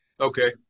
okay